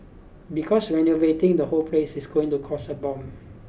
because renovating the whole place is going to cost a bomb